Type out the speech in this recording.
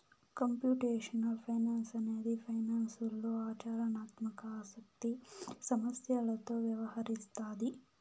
computational finance అనేది ఫైనాన్స్లో ఆచరణాత్మక ఆసక్తి సమస్యలతో వ్యవహరిస్తాది